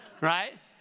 right